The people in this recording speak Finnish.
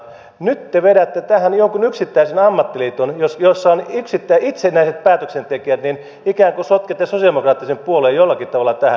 nyt te vedätte tähän jonkun yksittäisen ammattiliiton jossa ovat itsenäiset päätöksentekijät ikään kuin sotkette sosialidemokraattisen puolueen jollakin tavalla tähän